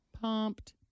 Pumped